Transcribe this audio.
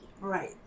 Right